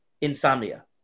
insomnia